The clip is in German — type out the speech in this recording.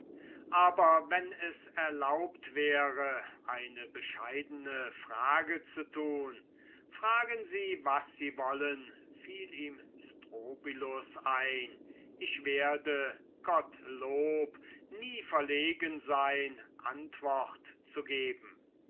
aber wenn es erlaubt wäre eine bescheidene frage zu tun fragen sie was sie wollen fiel ihm strobylus ein ich werde gott lob nie verlegen sein antwort zu geben